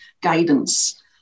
guidance